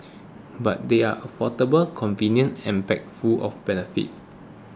but they are affordable convenient and packed full of benefits